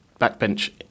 backbench